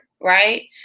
right